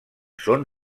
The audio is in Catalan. són